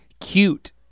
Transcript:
cute